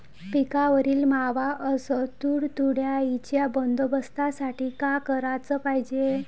पिकावरील मावा अस तुडतुड्याइच्या बंदोबस्तासाठी का कराच पायजे?